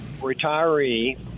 retiree